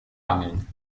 angeln